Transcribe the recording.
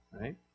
right